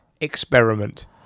experiment